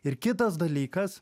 ir kitas dalykas